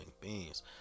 beings